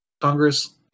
congress